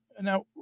Now